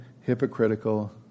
hypocritical